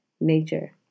nature